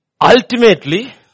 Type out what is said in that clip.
Ultimately